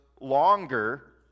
longer